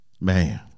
man